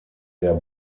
der